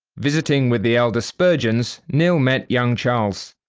visiting with the elder spurgeons, knill met young charles.